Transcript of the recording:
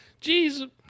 Jesus